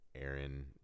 aaron